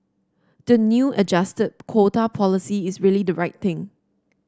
the new adjusted quota policy is really the right thing